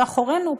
לאחורינו,